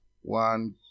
one